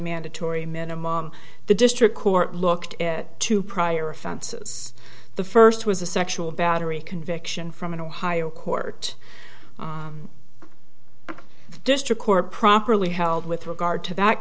mandatory minimum the district court looked at two prior offenses the first was a sexual battery conviction from an ohio court district court properly held with regard to that